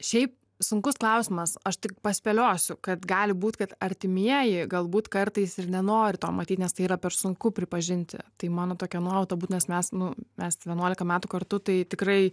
šiaip sunkus klausimas aš tik paspėliosiu kad gali būti kad artimieji galbūt kartais ir nenori to matyt nes tai yra per sunku pripažinti tai mano tokia nuojauta būt nes mes nu mes vienuolika metų kartu tai tikrai